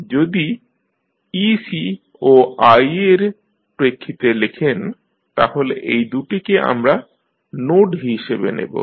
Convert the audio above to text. যদি ec ও i এর প্রেক্ষিতে লেখেন তাহলে এই দু'টিকে আমরা নোড হিসাবে নেব